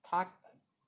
他